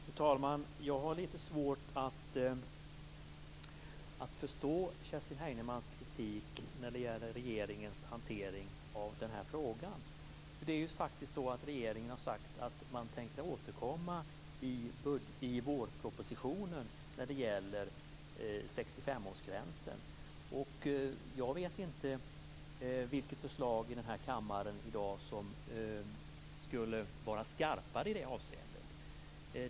Fru talman! Jag har lite svårt att förstå Kerstin Heinemanns kritik när det gäller regeringens hantering av frågan. Regeringen har sagt att man tänker återkomma i vårpropositionen i fråga om 65 årsgränsen. Jag vet inte vilket förslag som har kommit fram i kammaren i dag som skulle vara skarpare i det avseendet.